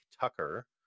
tucker